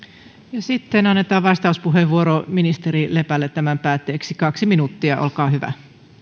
ja sitten annetaan vastauspuheenvuoro ministeri lepälle tämän päätteeksi kaksi minuuttia olkaa hyvä